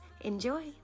Enjoy